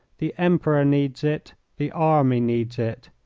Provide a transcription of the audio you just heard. the emperor needs it, the army needs it.